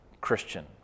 Christian